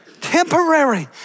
Temporary